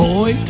Boy